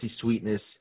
sweetness